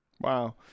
Wow